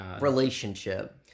relationship